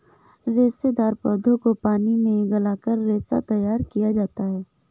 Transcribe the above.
रेशेदार पौधों को पानी में गलाकर रेशा तैयार किया जाता है